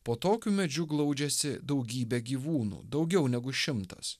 po tokiu medžiu glaudžiasi daugybė gyvūnų daugiau negu šimtas